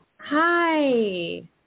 Hi